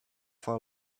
for